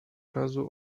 razu